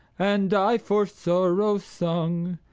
and i for sorrow sung,